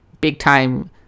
big-time